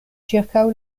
ĉirkaŭ